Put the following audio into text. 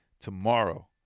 tomorrow